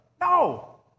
No